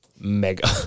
Mega